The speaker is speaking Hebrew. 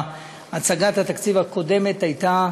הצגת התקציב הקודמת הייתה